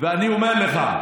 אני אומר לך,